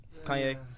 Kanye